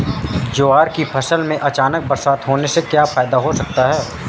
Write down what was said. ज्वार की फसल में अचानक बरसात होने से क्या फायदा हो सकता है?